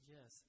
Yes